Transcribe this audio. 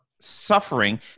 suffering